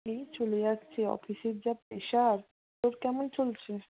এই চলে যাচ্ছে অফিসের যা প্রেশার তোর কেমন চলছে